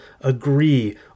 agree